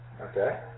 Okay